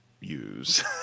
use